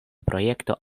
projekto